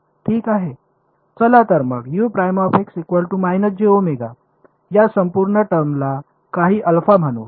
चला तर मग या संपूर्ण टर्मला काही म्हणू ठीक